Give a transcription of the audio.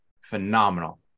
Phenomenal